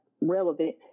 relevant